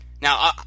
Now